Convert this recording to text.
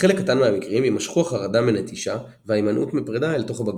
בחלק קטן מהמקרים יימשכו החרדה מנטישה וההימנעות מפרידה אל תוך הבגרות.